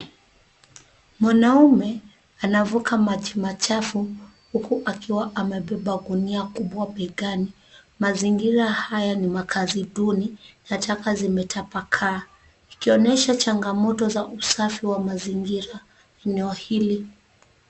Mwanamume anavuka maji machafu huku akiwa amebeba gunia kubwa begani. Mazingira haya ni makazi duni na taka zimetapaka, ikionyesha changamoto za usafi wa mazingira eneo hili.